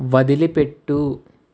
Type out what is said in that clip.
వదిలి పెట్టు